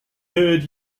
heard